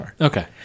Okay